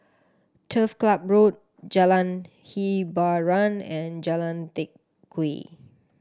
Turf Club Road Jalan Hiboran and Jalan Teck Whye